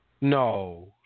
No